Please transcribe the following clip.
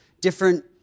different